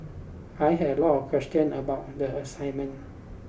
I had a lot of questions about the assignment